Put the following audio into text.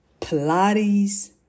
Pilates